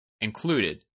Included